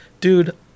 dude